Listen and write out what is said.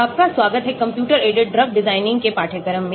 आपका स्वागत है कंप्यूटर एडेड ड्रग डिज़ाइन के पाठ्यक्रम में